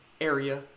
area